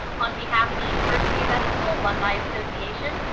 on behalf of the university of evansville alumni association,